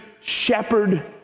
shepherd